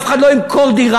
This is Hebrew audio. אף אחד לא ימכור דירה,